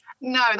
No